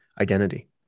identity